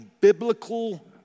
biblical